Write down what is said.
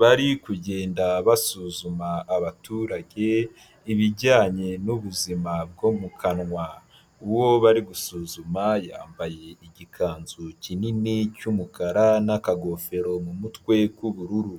bari kugenda basuzuma abaturage, ibijyanye n'ubuzima bwo mu kanwa. Uwo bari gusuzuma yambaye igikanzu kinini cy'umukara n'akagofero mu mutwe k'ubururu.